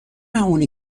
اونی